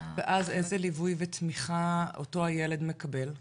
ואז, איזה ליווי ותמיכה אותו הילד מקבל?